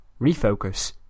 refocus